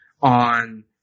on